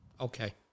Okay